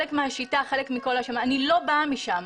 אני לא באה משם,